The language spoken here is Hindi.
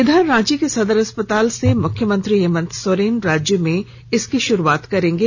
इधर रांची के सदर अस्पताल से मुख्यमंत्री हेमंत सोरेन राज्य में इसकी शुरुआत करेंगे